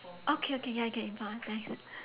okay okay ya can thanks